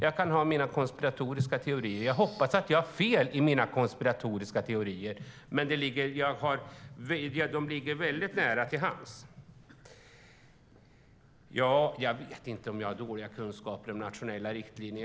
Jag kan ha mina konspiratoriska teorier, och jag hoppas att jag har fel, men de ligger väldigt nära till hands. Jag vet inte om jag har dåliga kunskaper om nationella riktlinjer.